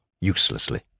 uselessly